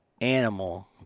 animal